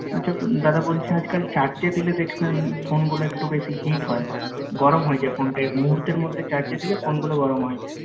আচ্ছা দাদা বলছি আজকাল চার্জে দিলে দেখবেন ফোনগুলা একটু বেশি হিট হয় গরম হয়ে যায় ফোনটা মুহূর্তের মধ্যে চার্জে দিলে ফোনগুলো গরম হয়ে যায়